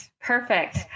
Perfect